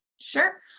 sure